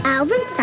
Alvin